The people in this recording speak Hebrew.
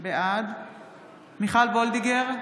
בעד מיכל וולדיגר,